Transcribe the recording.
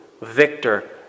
victor